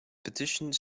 petitioned